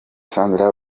sandra